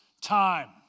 time